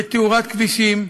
לתאורת כבישים,